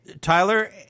Tyler